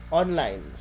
online